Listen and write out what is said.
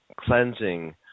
cleansing